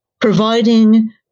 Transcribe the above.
providing